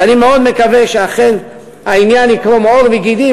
ואני מאוד מקווה שאכן העניין יקרום עור וגידים